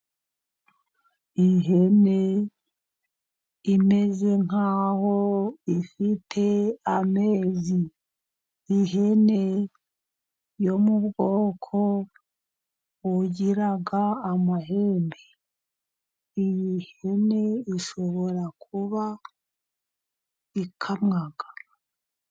Ihene imeze nk'aho ifite amezi. Ihene yo mu bwoko bugira amahembe. Iyi hene , ishobora kuba ikamwa.